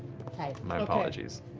my apologies.